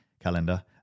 calendar